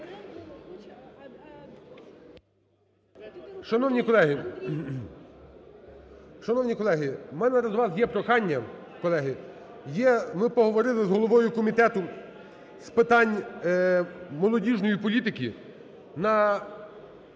Шановні колеги, у мене до вас є прохання, колеги… Є... Ми поговорили з головою Комітету з питань молодіжної політики.